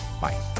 bye